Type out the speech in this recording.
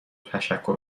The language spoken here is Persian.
تشکر